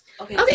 okay